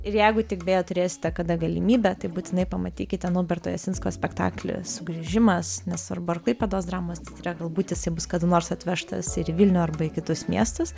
ir jeigu tik beje turėsite kada galimybę tai būtinai pamatykite nauberto jasinsko spektaklį sugrįžimas nesvarbu ar klaipėdos dramos teatre galbūt jisai bus kada nors atvežtas ir į vilnių arba į kitus miestus